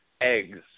eggs